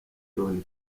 loni